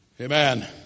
Amen